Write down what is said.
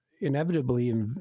inevitably